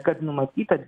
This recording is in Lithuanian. kas numatyta